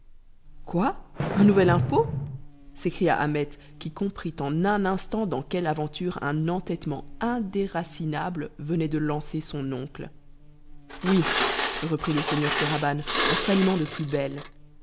quoi un nouvel impôt s'écria ahmet qui comprit en un instant dans quelle aventure un entêtement indéracinable venait de lancer son oncle oui reprit le seigneur kéraban en s'animant de plus belle